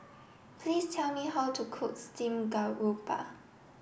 please tell me how to cook Steamed Garoupa